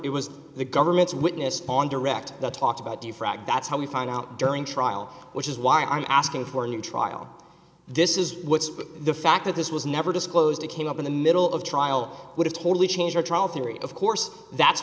it was the government's witness on direct the talk about defrag that's how we find out during trial which is why i'm asking for a new trial this is what's the fact that this was never disclosed it came up in the middle of trial would have totally changed our trial theory of course that's